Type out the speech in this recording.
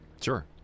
Sure